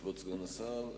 כבוד סגן השר,